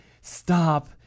Stop